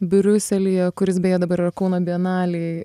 briuselyje kuris beje dabar yra kauno bienalėj